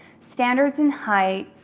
standards in height,